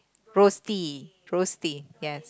rosti rosti yes